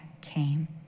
came